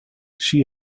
she